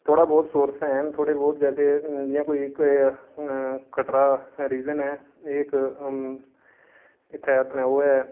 थोह्ड़े बहुत सोर्स हैन थोह्ड़ा बहुत जैसे जि'यां कोई कटरा रिजन ऐ एह् इक इत्थै अपने ओह् ऐ